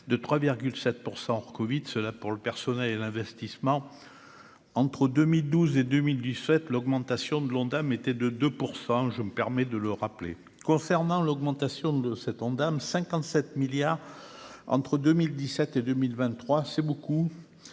2 3 7 % hors Covid cela pour le personnel et l'investissement entre 2012 et 2000, du fait, l'augmentation de l'Ondam était de 2 % je me permets de le rappeler. Concernant l'augmentation de cet Ondam 57 milliards entre 2017 et 2023, c'est beaucoup,